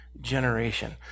generation